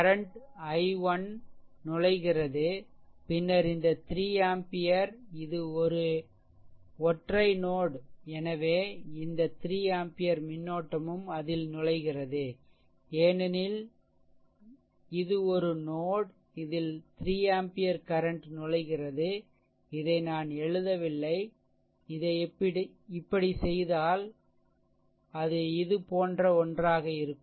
கரன்ட்i1நுழைகிறது பின்னர் இந்த 3 ஆம்பியர் இது ஒரு ஒற்றை நோட் எனவே இந்த 3 ஆம்பியர் மின்னோட்டமும் அதில் நுழைகிறது ஏனெனில் இது ஒரு நோட் இதில் 3 ஆம்பியர் கரண்ட் நுழைகிறது இதை நான் எழுதவில்லை இதை இப்படிச் செய்தால் அது இது போன்ற ஒன்றாக இருக்கும்